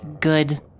good